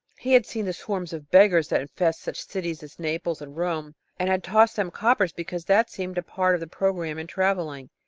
he had seen the swarms of beggars that infest such cities as naples and rome, and had tossed them coppers because that seemed a part of the programme in travelling.